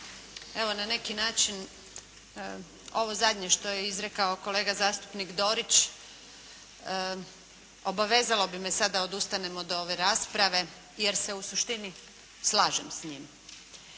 Evo, na neki način ovo zadnje što je izrekao kolega zastupnik Dorić obavezalo bi me sad da odustanem od ove rasprave jer se u suštini slažem s njim.